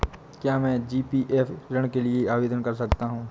क्या मैं जी.पी.एफ ऋण के लिए आवेदन कर सकता हूँ?